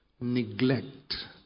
neglect